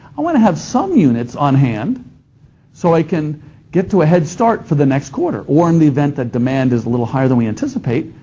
i want to have some units on hand so i can get to a head start for the next quarter or in the event that demand is a little higher than we anticipate,